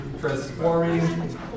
transforming